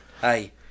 hey